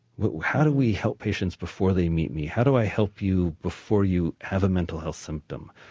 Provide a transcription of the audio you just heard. but how do we help patients before they meet me? how do i help you before you have a mental health symptom?